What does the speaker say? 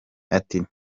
ati